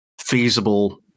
feasible